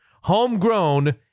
Homegrown